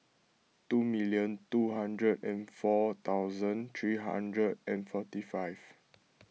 two million two hundred and four thousand three hundred and forty five